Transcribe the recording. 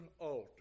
altar